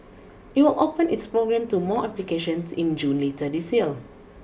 it will open its program to more applications in June later this year